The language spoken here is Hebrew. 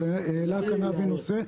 אבל העלה כאן אבי את הנושא.